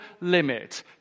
limit